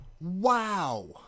wow